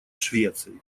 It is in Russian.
швеции